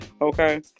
Okay